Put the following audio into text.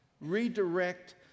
redirect